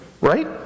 Right